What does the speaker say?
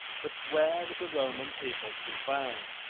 but where was the roman people to be found?